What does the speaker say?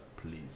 please